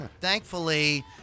thankfully